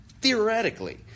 theoretically